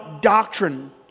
doctrine